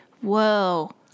Whoa